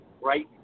right